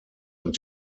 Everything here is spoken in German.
und